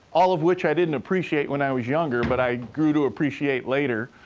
all of which i didn't appreciate when i was younger but i grew to appreciate later.